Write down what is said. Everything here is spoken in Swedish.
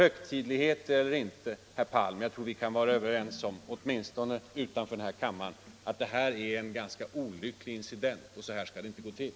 Högtidlighet eller inte, herr Palm, jag tror vi kan vara överens om —- åtminstone utanför den här kammaren =— att detta är en ganska olycklig incident. Så här skall det inte gå till.